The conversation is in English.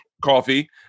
coffee